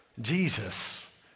Jesus